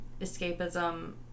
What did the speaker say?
escapism